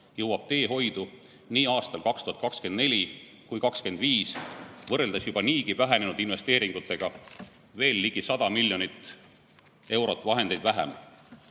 jõuab teehoidu nii aastal 2024 kui ka 2025 võrreldes juba niigi vähenenud investeeringutega veel ligi 100 miljonit eurot vahendeid vähem.